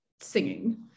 singing